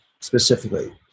specifically